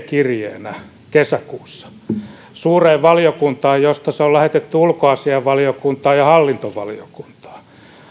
kirjeenä eduskuntaan suureen valiokuntaan josta se on lähetetty ulkoasiainvaliokuntaan ja hallintovaliokuntaan